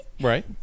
Right